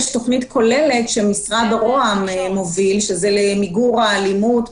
יש תוכנית כוללת שמשרד ראש הממשלה מוביל למיגור האלימות,